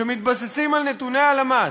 שמתבססים על נתוני הלמ"ס,